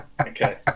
Okay